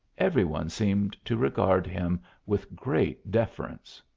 every one seemed to regard him with great deference.